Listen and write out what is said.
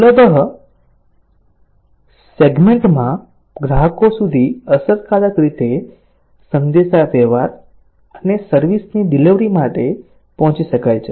સુલભ સેગમેન્ટમાં ગ્રાહકો સુધી અસરકારક રીતે સંદેશાવ્યવહાર અને સર્વિસ ની ડિલિવરી માટે પહોંચી શકાય છે